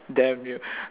damn you